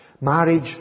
Marriage